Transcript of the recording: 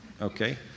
Okay